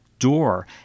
door